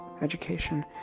education